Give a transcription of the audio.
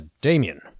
Damien